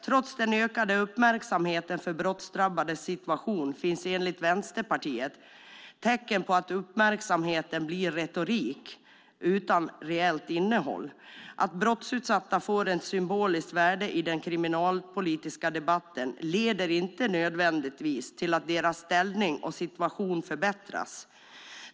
Trots den ökade uppmärksamheten när det gäller brottsdrabbades situation finns enligt Vänsterpartiet tecken på att uppmärksamheten blir retorik utan reellt innehåll. Att brottsutsatta får ett symboliskt värde i den kriminalpolitiska debatten leder inte nödvändigtvis till att deras ställning och situation förbättras.